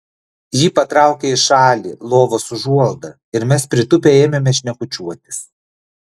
ji patraukė į šalį lovos užuolaidą ir mes pritūpę ėmėme šnekučiuotis